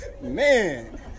Man